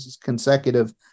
consecutive